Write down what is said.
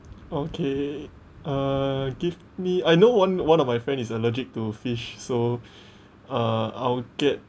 okay uh give me I know one one of my friend is allergic to fish so uh I would get